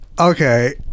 Okay